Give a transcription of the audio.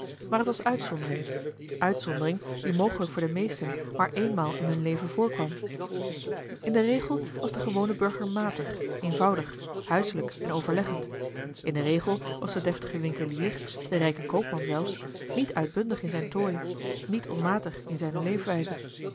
maar het was uitzondering uitzondering die mogelijk voor de meesten maar éénmaal in hun leven voorkwam in den regel was de gewone burger matig eenvoudig huiselijk en overleggend in den regel was de deftige winkelier de rijke koopman zelfs niet uitbundig in zijn tooi niet onmatig in zijne leefwijze